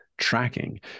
Tracking